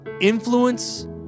influence